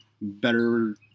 Better